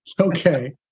Okay